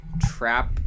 Trap